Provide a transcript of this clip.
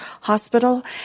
hospital